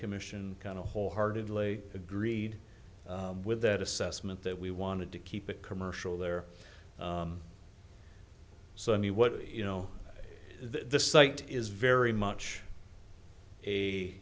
commission kind of wholeheartedly agreed with that assessment that we wanted to keep it commercial there so i mean what you know this site is very much